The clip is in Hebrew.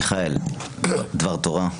מיכאל, דבר תורה.